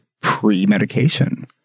pre-medication